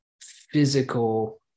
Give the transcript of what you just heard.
physical